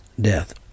death